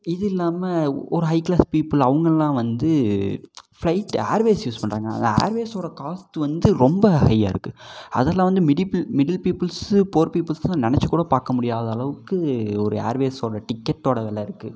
இது இல்லாமல் ஒரு ஹை கிளாஸ் பீப்பிள் அவங்கள்லாம் வந்து ஃபிளைட் ஏர்வேய்ஸ் யூஸ் பண்ணுறாங்க அந்த ஏர்வேஸோட காஸ்ட் வந்து ரொம்ப ஹையாக இருக்கு அதெல்லாம் வந்து மிடில் மிடில் பீப்பிள்ஸ் புவர் பீப்பிள்ஸ்லாம் நெனைச்சுக்கூட பார்க்கமுடியாத அளவுக்கு ஒரு ஏர்வேஸோட டிக்கெட்டோட வெலை இருக்கு